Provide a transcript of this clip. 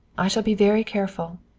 i shall be very careful.